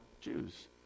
Jews